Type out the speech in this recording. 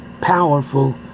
powerful